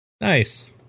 Nice